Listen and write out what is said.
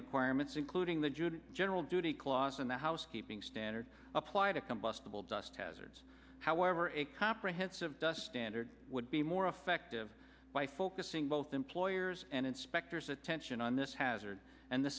requirements including the jude general duty clause in the housekeeping standard applied to combustible dust hazards however a comprehensive dust standard would be more effective by focusing both employers and inspectors attention on this hazard and the